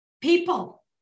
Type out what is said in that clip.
people